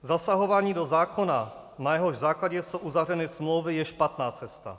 Zasahování do zákona, na jehož základě jsou uzavřeny smlouvy, je špatná cesta.